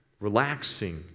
relaxing